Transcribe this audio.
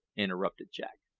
interrupted jack.